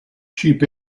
cheap